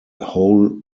whole